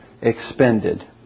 expended